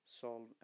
solve